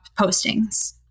postings